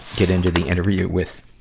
get into the interview with,